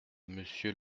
monsieur